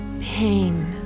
pain